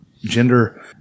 gender